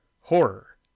horror